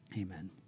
amen